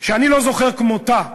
שאני לא זוכר כמותה,